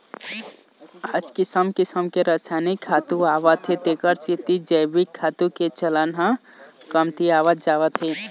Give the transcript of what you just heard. आज किसम किसम के रसायनिक खातू आवत हे तेखर सेती जइविक खातू के चलन ह कमतियावत जावत हे